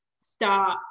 start